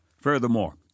Furthermore